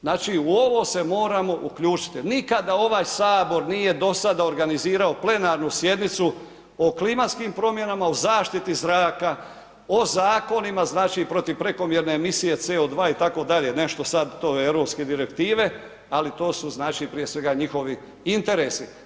Znači u ovom se moramo uključiti jer nikada ovaj Sabor nije do sada organizirao plenarnu sjednicu o klimatskim promjenama, o zaštiti zraka, o zakonima znači protiv prekomjerne emisije CO2 itd., nešto sad to i europske direktive ali to su znači prije svega njihovi interesi.